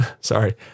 sorry